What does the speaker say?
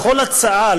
לכל הצעה,